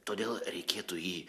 todėl reikėtų jį